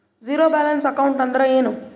Zero balance account ಅಂದ್ರ ಏನು?